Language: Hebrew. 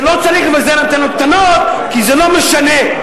שלא צריך לפזר אנטנות קטנות כי זה לא משנה.